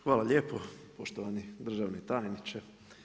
Hvala lijepo poštovani državni tajniče.